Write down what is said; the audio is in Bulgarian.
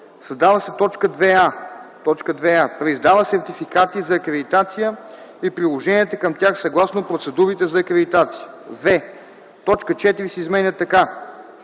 създава се т. 2а: „2а. преиздава сертификати за акредитация и приложенията към тях съгласно процедурите за акредитация;”; в) точка 4 се изменя така: